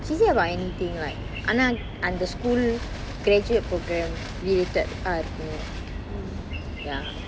she say about anything like ஆனா அந்த:aana antha school graduate programme related uh இருக்கனும்:irukanum ya